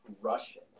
Russian